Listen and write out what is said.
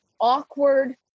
awkward